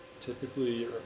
Typically